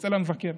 אצל המבקר,